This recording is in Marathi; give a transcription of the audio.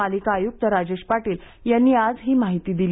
पालिका आयुक्त राजेश पाटील यांनी आज ही माहिती दिली